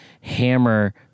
hammer